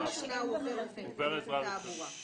הכשרת עזרה ראשונה.